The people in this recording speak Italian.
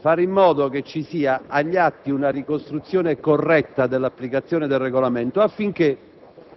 fare in modo che ci sia agli atti una ricostruzione corretta dell'applicazione del Regolamento, affinché